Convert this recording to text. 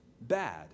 bad